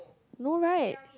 no right